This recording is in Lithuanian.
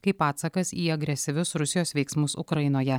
kaip atsakas į agresyvius rusijos veiksmus ukrainoje